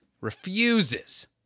refuses